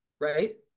right